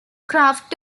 craft